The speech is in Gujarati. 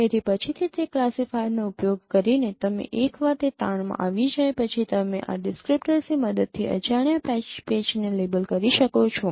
તેથી પછીથી તે ક્લાસિફાયરનો ઉપયોગ કરીને તમે એકવાર તે તાણમાં આવી જાય પછી તમે આ ડિસ્ક્રીપ્ટર્સની મદદથી અજાણ્યા પેચને લેબલ કરી શકો છો